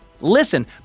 Listen